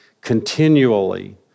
continually